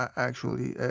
actually.